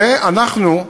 ואנחנו,